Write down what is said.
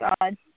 God